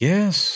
Yes